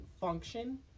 function